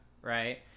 right